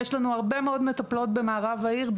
יש לנו הרבה מאד מטפלות במערב העיר,